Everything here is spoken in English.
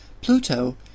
Pluto